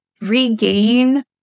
regain